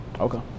Okay